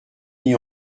mis